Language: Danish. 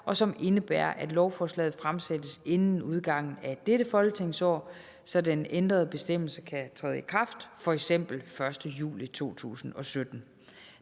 som indebærer, at lovforslaget fremsættes inden udgangen af dette folketingsår, så den ændrede bestemmelse kan træde i kraft f.eks. den 1. juli 2017.